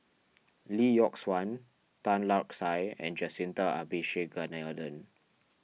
Lee Yock Suan Tan Lark Sye and Jacintha Abisheganaden